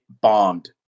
bombed